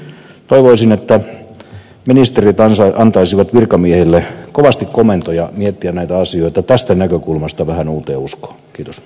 toivoisin että ministerit antaisivat virkamiehille kovasti komentoja miettiä näitä asioita tästä näkökulmasta vähän uuteen uskoon